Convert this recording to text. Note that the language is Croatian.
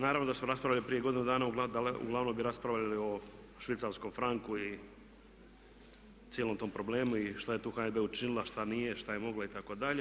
Naravno da smo raspravljali prije godinu dana uglavnom bi raspravljali o švicarskom franku i cijelom tom problemu i što je tu HNB učinila, što nije, što je mogla itd.